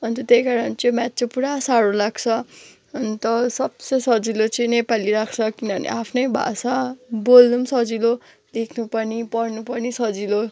अन्त त्यही कारण चाहिँ म्याथ चाहिँ पुरा साह्रो लाग्छ अन्त सबसे सजिलो चाहिँ नेपाली लाग्छ किनभने आफ्नै भाषा बोल्नु पनि सजिलो लेख्नु पनि पढ्नु पनि सजिलो